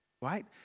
right